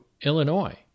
Illinois